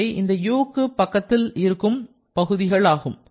அவை இந்த Uக்கு பக்கத்தில் இருக்கும் பகுதிகள் ஆகும்